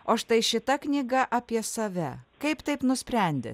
o štai šita knyga apie save kaip taip nusprendė